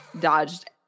dodged